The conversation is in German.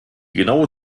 genaue